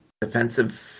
defensive